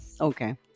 Okay